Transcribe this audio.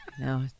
No